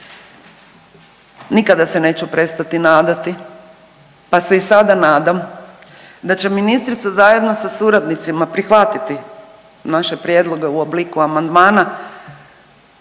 Nikada se neću prestati nadati, pa se i sada nadam da će ministrica zajedno sa suradnicima prihvatiti naše prijedloge u obliku amandmana